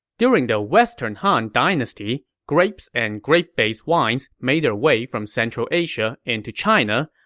during the western han dynasty, grapes and grape-based wines made their way from central asia into china,